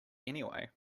anyway